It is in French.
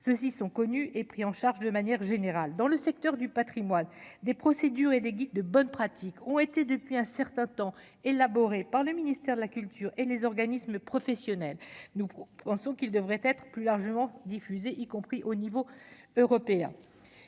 ceux-ci sont connus et pris en charge de manière générale dans le secteur du Patrimoine des procédures et des guides de bonnes pratiques ont été depuis un certain temps, élaboré par le ministère de la culture et les organismes professionnels, nous pensons qu'il devrait être plus largement diffusé, y compris au niveau européen.